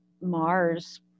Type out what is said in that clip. Mars